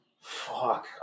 fuck